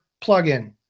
plugin